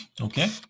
Okay